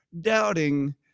doubting